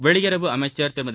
வெளியுறவு அமைச்சர் திருமதி